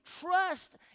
trust